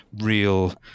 real